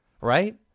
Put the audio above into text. right